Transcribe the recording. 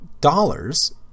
dollars